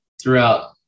throughout